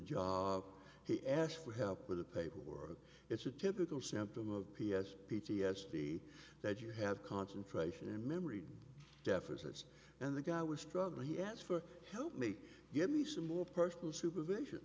job he asked for help with the paperwork it's a typical symptom of p s p t s d that you have concentration and memory deficits and the guy was struggling he asked for help me give me some more personal supervision